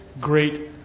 great